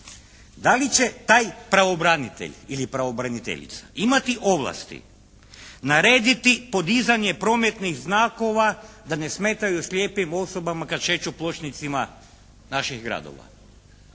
da li će taj pravobranitelj ili pravobraniteljica imati ovlasti narediti podizanje prometnih znakova da ne smetaju slijepim osobama kad šeću pločnicima naših gradova.